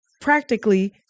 practically